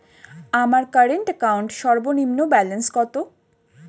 আমার current account সর্বনিম্ন balance কত?